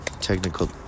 technical